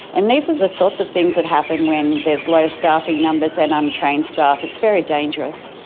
and these are the sorts of things that happen when there's low staffing numbers and untrained staff, it's very dangerous.